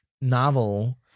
novel